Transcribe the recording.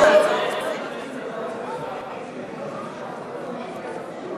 חובת פרסום פרטי ספק),